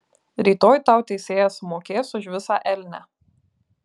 rytoj tau teisėjas sumokės už visą elnią